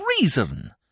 reason